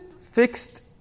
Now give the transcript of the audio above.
fixed